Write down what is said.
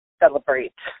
celebrate